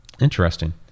Interesting